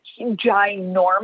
ginormous